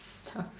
stop it